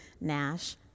Nash